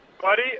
Buddy